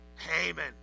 haman